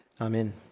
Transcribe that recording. Amen